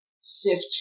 sift